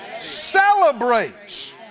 Celebrates